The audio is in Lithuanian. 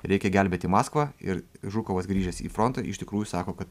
reikia gelbėti maskvą ir žukovas grįžęs į frontą iš tikrųjų sako kad